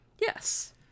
Yes